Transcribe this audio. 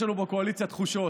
יש לנו בקואליציה תחושות,